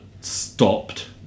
stopped